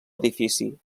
edifici